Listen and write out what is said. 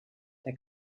der